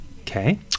Okay